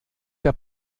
der